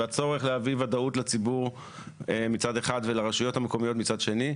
והצורך להביא ודאות לציבור מצד אחד ולרשויות המקומיות מצד שני,